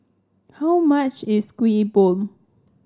how much is Kuih Bom